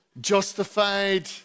justified